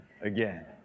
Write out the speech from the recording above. again